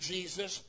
Jesus